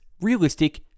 realistic